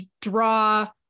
draw